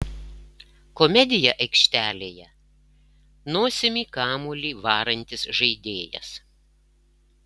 komedija aikštelėje nosimi kamuolį varantis žaidėjas